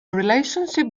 relationship